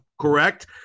correct